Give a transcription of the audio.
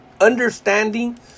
understanding